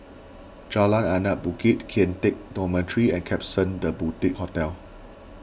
Jalan Anak Bukit Kian Teck Dormitory and Klapsons the Boutique Hotel